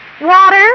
Water